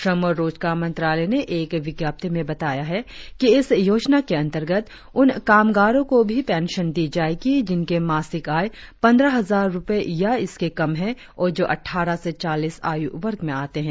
श्रम और रोजगार मंत्रालय ने एक विज्ञप्ति में बताया है कि इस योजना के अंतर्गत उन कामगारों को भी पेंशन दी जाएगी जिनकी मासिक आय पंद्रह हजार रुपये या इससे कम है और जो अटठारह से चालीस आयु वर्ग में आतें हैं